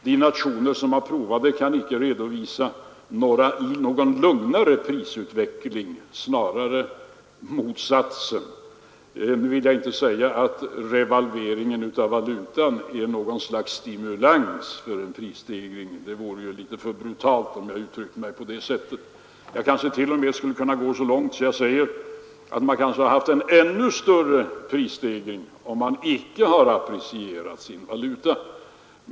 De nationer som har provat det kan inte redovisa någon lugnare prisutveckling, snarare motsatsen. Nu vill jag inte säga att revalvering av valutan är något slags stimulans för en prisstegring — det vore litet för brutalt om jag uttryckte mig på det sättet. Jag kanske t.o.m. skulle kunna gå så långt att jag säger att man måhända hade haft en ännu större prisstegring om man icke hade apprecierat sin valuta.